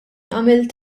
għamilt